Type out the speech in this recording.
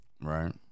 Right